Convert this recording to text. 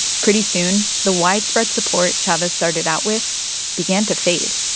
pretty soon, the widespread support chavez started out with began to fade.